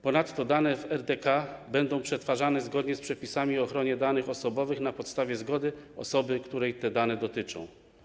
Ponadto dane w RDK będą przetwarzane zgodnie z przepisami o ochronie danych osobowych, na podstawie zgody osoby, której te dane dotyczą.